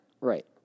Right